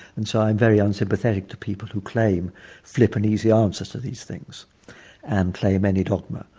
and so i'm very unsympathetic to people who claim flip and easy answers to these things and claim any dogma.